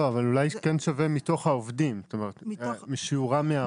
אולי כן שווה לכתוב: "מתוך העובדים".